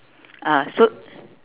ah so